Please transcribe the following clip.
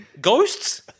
Ghosts